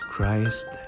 Christ